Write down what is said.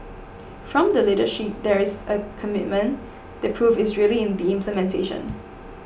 from the leadership there is a commitment the proof is really in the implementation